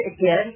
again